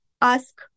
ask